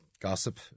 gossip